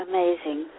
Amazing